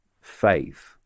faith